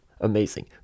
amazing